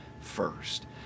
first